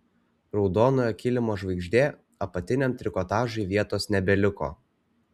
raudonojo kilimo žvaigždė apatiniam trikotažui vietos nebeliko